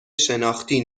شناختی